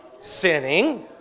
sinning